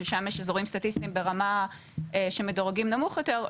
ששם יש אזורים סטטיסטיים ברמה שמדורגים נמוך יותר,